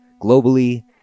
globally